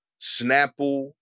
Snapple